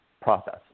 process